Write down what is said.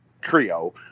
trio